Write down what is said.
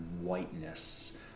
whiteness